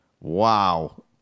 Wow